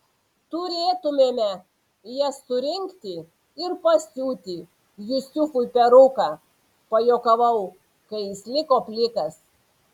turėtumėme jas surinkti ir pasiūti jusufui peruką pajuokavau kai jis liko plikas